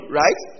right